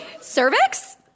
cervix